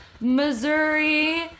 Missouri